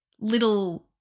little